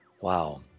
Wow